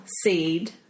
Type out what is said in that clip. seed